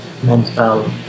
mental